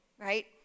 right